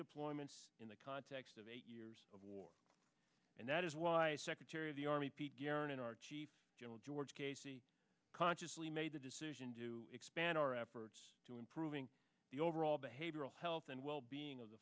deployments in the context of eight years of war and that is why secretary of the army general george casey consciously made the decision to expand our efforts to improving the overall behavioral health and well being of the